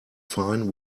fine